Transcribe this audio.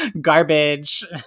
garbage